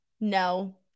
No